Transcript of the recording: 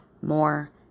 more